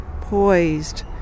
poised